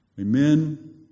Amen